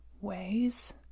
ways